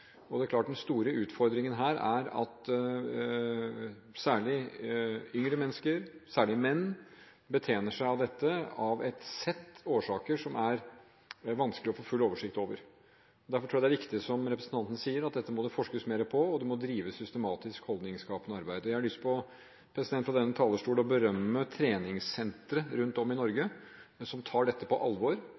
Det er klart at den store utfordringen her er at særlig yngre mennesker – særlig menn – betjener seg av dette av et sett årsaker som er vanskelig å få full oversikt over. Derfor tror jeg det er viktig, som representanten sier, at dette må det forskes mer på, og det må drives systematisk holdningsskapende arbeid. Jeg har fra denne talerstol lyst til å berømme treningssentre rundt om i Norge, som tar dette på alvor,